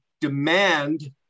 demand